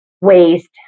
waste